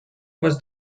was